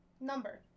number